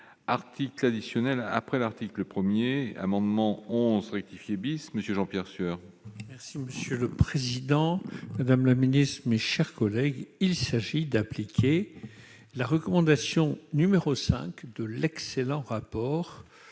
article additionnel après l'article 1er amendement 11 rectifié bis monsieur Jean-Pierre Sueur. Merci monsieur le président, madame la ministre, mes chers collègues, il s'agit d'appliquer la recommandation numéro 5 de l'excellent rapport